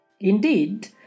Indeed